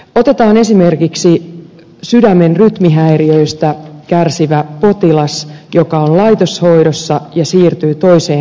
otetaan esimerkiksi sydämen rytmihäiriöistä kärsivä potilas joka on laitoshoidossa ja siirtyy toiseen kuntaan